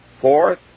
Fourth